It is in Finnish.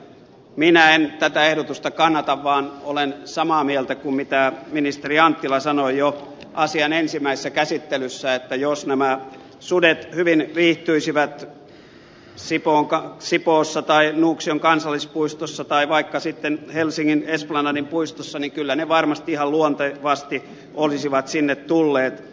minä en tätä ehdotusta kannata vaan olen samaa mieltä mitä ministeri anttila sanoi jo asian ensimmäisessä käsittelyssä että jos nämä sudet hyvin viihtyisivät sipoossa tai nuuksion kansallispuistossa tai vaikka sitten helsingin esplanadin puistossa niin kyllä ne varmasti ihan luontevasti olisivat sinne tulleet